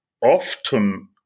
often